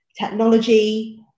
technology